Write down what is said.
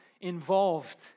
involved